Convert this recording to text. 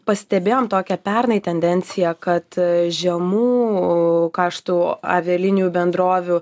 pastebėjom tokią pernai tendenciją kad žemų kaštų avialinijų bendrovių